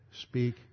speak